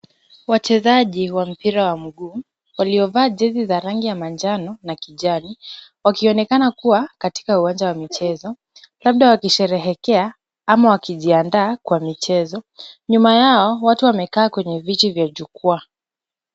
Wachezaji wa mpira wa mguu waliovalia jezi za rangi ya manjano na kijani wakionekana kuwa katika uwanja wa michezo labda wakisherehekea ama wakijiandaa kwa michezo. Nyuma yao, watu wamekaa kwenye viti vya jukwaa.